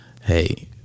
hey